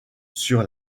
sur